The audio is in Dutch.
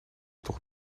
toch